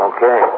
Okay